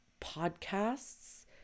podcasts